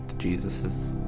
jesus is